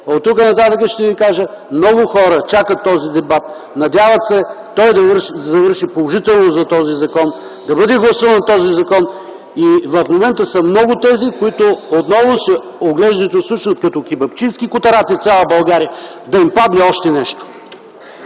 Оттук нататък ще Ви кажа: много хора чакат този дебат, надяват се той да завърши положително за този закон, да бъде гласуван този закон. В момента са много тези, които отново се оглеждат и ослушват като кебапчийски котараци в цяла България да им падне още нещо.